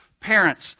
parents